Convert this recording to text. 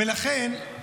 --- ולכן,